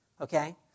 okay